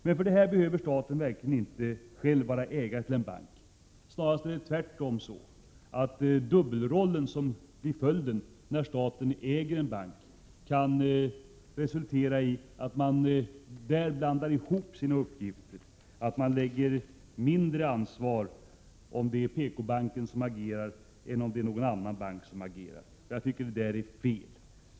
Men för detta behöver staten verkligen inte själv vara ägare till en bank. Snarast är det tvärtom så, att den dubbla roll som blir följden när staten äger en bank kan resultera i att man där blandar ihop sina uppgifter, att man lägger mindre ansvar om det är PKbanken som agerar än om det är någon annan bank som agerar. Jag tycker att det är fel.